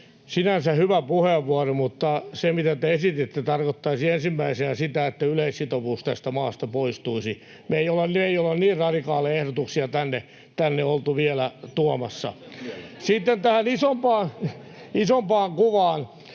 sinänsä hyvä puheenvuoro, mutta se, mitä te esititte, tarkoittaisi ensimmäisenä sitä, että yleissitovuus tästä maasta poistuisi. Me ei olla niin radikaaleja ehdotuksia tänne oltu vielä tuomassa. Sitten tähän isompaan kuvaan.